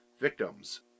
victims